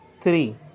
three